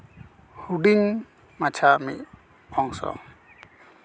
ᱦᱩᱰᱤᱧ ᱢᱟᱪᱷᱟ ᱢᱤᱫ ᱚᱝᱥᱚ